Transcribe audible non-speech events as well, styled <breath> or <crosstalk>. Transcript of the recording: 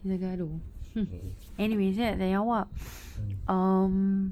kita gaduh <laughs> anyway macam mana dengan awak <breath> um